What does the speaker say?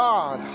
God